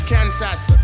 Kansas